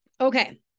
okay